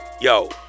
yo